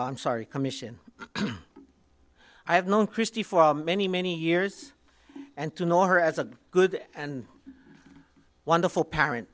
i'm sorry commission i have known christie for many many years and to know her as a good and wonderful parent